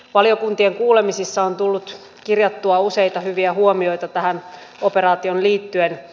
valiokuntien kuulemisissa on tullut kirjattua useita hyviä huomioita tähän operaatioon liittyen